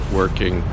working